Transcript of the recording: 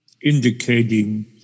indicating